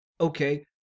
okay